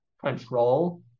control